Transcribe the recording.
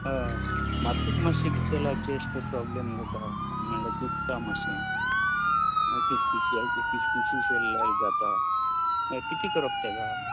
ह म्हाका मातशें कीतें जालां चॅस्ट प्रॉब्लेम जाता म्हळ्यार दुखता मातशें किसकिसें येल्ल्या बशेन जाता कितें करप तेका